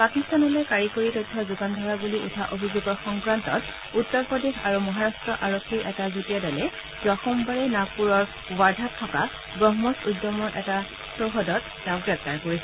পাকিস্তানলৈ কাৰিকৰী তথ্য যোগান ধৰা বুলি উঠা অভিযোগৰ সংক্ৰান্তত উত্তৰ প্ৰদেশ আৰু মহাৰট্ট আৰক্ষীৰ এটা যুটীয়া দলে যোৱা সোমবাৰে নাগপুৰৰ ৱাৰ্ধাত থকা ব্ৰহ্মছ উদ্যমৰ এটা চৌহদৰ গ্ৰেপ্তাৰ কৰিছিল